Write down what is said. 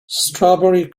strawberry